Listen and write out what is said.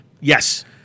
Yes